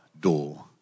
door